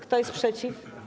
Kto jest przeciw?